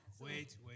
Wait